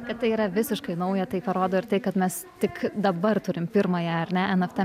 kad tai yra visiškai nauja tai parodo ir tai kad mes tik dabar turim pirmąją ar ne en ef tė